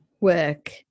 work